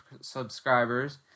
subscribers